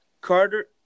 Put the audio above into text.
Carter